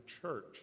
Church